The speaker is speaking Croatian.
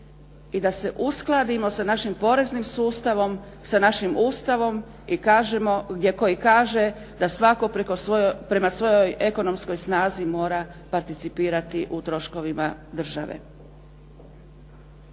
i da se uskladimo sa našim poreznim sustavom, sa našim Ustavom i kažemo gdje koji kaže, da svatko prema svojoj ekonomskoj snazi mora participirati u troškovima države.